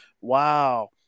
Wow